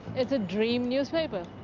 it's a dream newspaper.